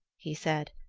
he said,